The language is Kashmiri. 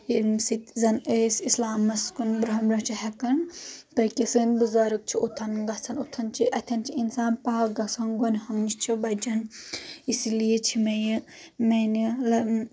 ییٚمہِ سۭتۍ زن أسۍ اسلامس کُن بروٚنٛہہ برونٛہہ کُن چھِ ہیٚکان پٔکِتھ سٲنۍ بُزرگ چھُ اوتَن گژھان اوٚتن چھِ اتٮ۪ن چھ انسان پاک گژھان گۄنہو نِش چھُ بچان اسی لیے چھِ مےٚ یہِ میانہ